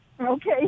Okay